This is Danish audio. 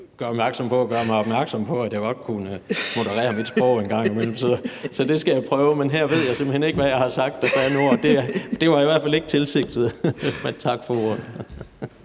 gøre mig opmærksom på, at jeg nok kunne moderere mit sprog en gang imellem, så det skal jeg prøve. Men her ved jeg simpelt hen ikke, hvad jeg har sagt af bandeord. Det var i hvert fald ikke tilsigtet, men tak for ordet.